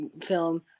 film